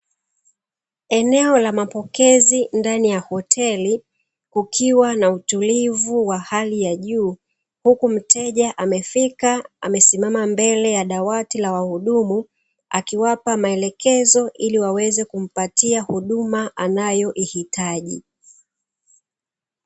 Eneo la mapokezi ndani ya hoteli kukiwa na utulivu wa hali ya juu, huku mteja amefika amesimama mbele ya dawati la wahudumu akiwapa maelekezo ili waweze kumpatia huduma anayoihitaji.